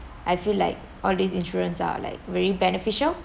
I feel like all these insurance are like very beneficial